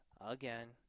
Again